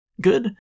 Good